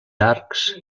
arcs